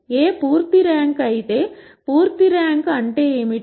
A పూర్తి rank అయితే పూర్తి ర్యాంక్ అంటే ఏమిటి